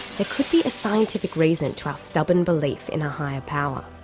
there could be a scientific reason to our stubborn belief in a higher power.